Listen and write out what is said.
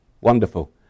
Wonderful